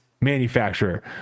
manufacturer